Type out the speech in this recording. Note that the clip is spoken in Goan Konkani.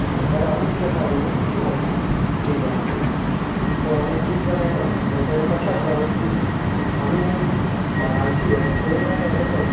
म्हळ्ळ्यार आमी किदें आसा आमगे एक टीम आसा तीग जाणांची सो आमी तीग जाण येतात म्हणटा तें कशें आसा ती आमी माडांची हें पळयन हें करतात